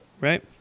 right